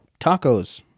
Tacos